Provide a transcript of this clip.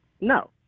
No